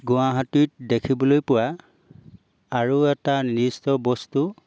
গুৱাহাটীত দেখিবলৈ পোৱা আৰু এটা নিৰ্দিষ্ট বস্তু